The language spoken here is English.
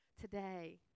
today